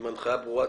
עם הנחיה ברורה,